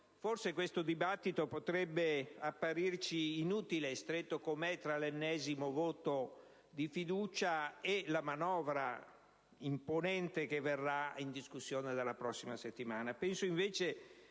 forse questo dibattito potrebbe apparirci inutile, stretto com'è tra l'ennesimo voto di fiducia e la manovra imponente che verrà in discussione dalla prossima settimana. Penso invece